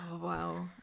wow